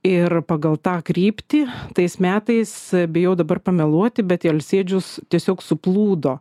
ir pagal tą kryptį tais metais bijau dabar pameluoti bet į alsėdžius tiesiog suplūdo